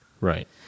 Right